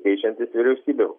keičiantis vyriausybėm